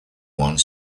one